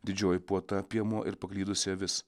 didžioji puota piemuo ir paklydusi avis